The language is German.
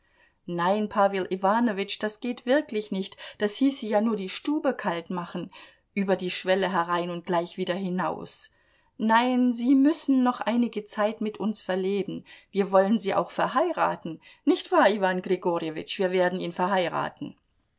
nein pawel iwanowitsch das geht wirklich nicht das hieße ja nur die stube kalt machen über die schwelle herein und gleich wieder hinaus nein sie müssen noch einige zeit mit uns verleben wir wollen sie auch verheiraten nicht wahr iwan grigorjewitsch wir werden ihn verheiraten